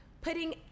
putting